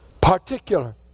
Particular